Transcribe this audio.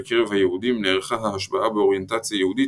בקרב היהודים נערכה ההשבעה באוריינטציה יהודית